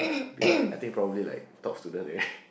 be like I think probably like top student already